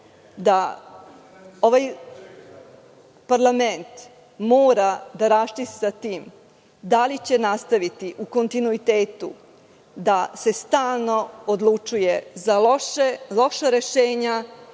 da ovaj parlament mora da raščisti sa tim da li će nastaviti u kontinuitetu da se stalno odlučuje za loša rešenja,